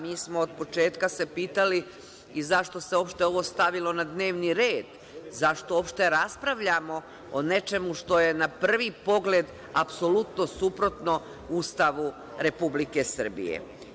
Mi smo od početka se pitali i zašto se uopšte ovo stavilo na dnevni red, zašto uopšte raspravljamo o nečemu što je na prvi pogled apsolutno suprotno Ustavu Republike Srbije.